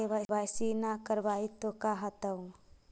KYC न करवाई तो का हाओतै?